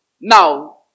Now